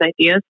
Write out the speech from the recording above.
ideas